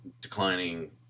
declining